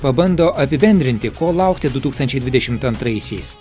pabando apibendrinti ko laukti du tūkstančiai dvidešimt antraisiais